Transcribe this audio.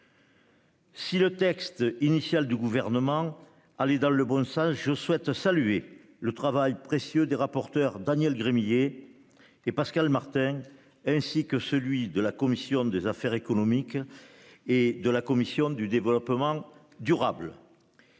Si le texte initial du Gouvernement allait dans le bon sens, je souhaite saluer le travail précieux des rapporteurs, Daniel Gremillet et Pascal Martin, ainsi que celui de la commission des affaires économiques et de la commission de l'aménagement du